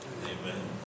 Amen